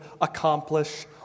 accomplish